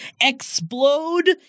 explode